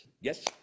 yes